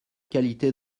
qualité